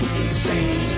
insane